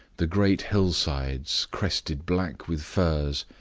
the great hillsides, crested black with firs,